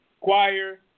Choir